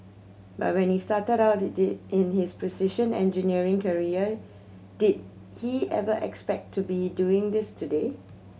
but when he started out the the in his precision engineering career did he ever expect to be doing this today